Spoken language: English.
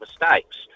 mistakes